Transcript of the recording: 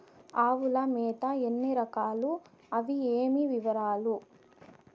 ఆవుల మేత ఎన్ని రకాలు? అవి ఏవి? వివరాలు?